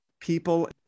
people